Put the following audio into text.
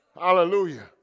Hallelujah